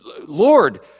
Lord